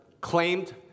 claimed